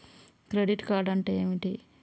Credit card అంటే ఏమిటి?